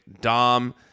Dom